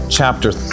chapter